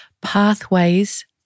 Pathways